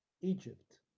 Egypt